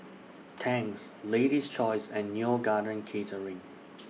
Tangs Lady's Choice and Neo Garden Catering